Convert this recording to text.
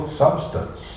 substance